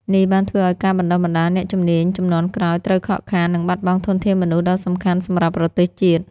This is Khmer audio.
នេះបានធ្វើឱ្យការបណ្ដុះបណ្ដាលអ្នកជំនាញជំនាន់ក្រោយត្រូវខកខាន និងបាត់បង់ធនធានមនុស្សដ៏សំខាន់សម្រាប់ប្រទេសជាតិ។